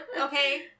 Okay